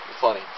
Funny